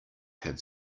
have